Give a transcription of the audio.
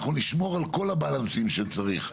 אנחנו נשמור על כל הבלנסים שצריך.